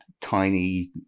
tiny